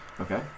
Okay